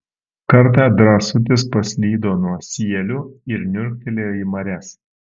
kartą drąsutis paslydo nuo sielių ir niurktelėjo į marias